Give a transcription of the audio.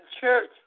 church